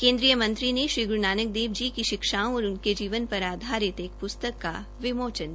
केन्द्रीय मंत्री ने श्री ग्रू नानक देव जी की शिक्षाओं और उनके जीवन पर आधारित एक प्रस्तक का विमोचन भी किया